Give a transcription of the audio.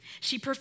She